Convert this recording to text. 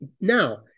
Now